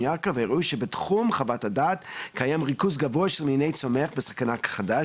יעקב הראו שבתחום חוות הדעת קיים ריכוז גבוה של מיני צומח בסכנת הכחדה,